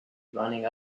running